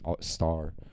Star